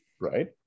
Right